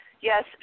Yes